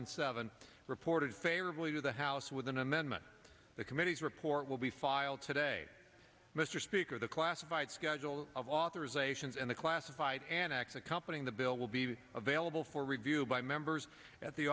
and seven reported favorably to the house with an amendment to the committee's report will be filed today mr speaker the classified schedule of authorizations and the classified an exit company in the bill will be available for review by members at the